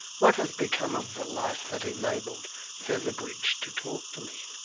what has become of the life that enabled featherbridge to talk to me?